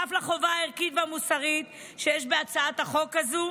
בנוסף לחובה הערכית והמוסרית שיש בהצעת החוק הזו,